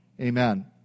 Amen